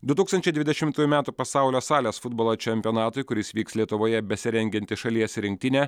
du tūkstančiai dvidešimtųjų metų pasaulio salės futbolo čempionatui kuris vyks lietuvoje besirengianti šalies rinktinė